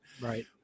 Right